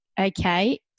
okay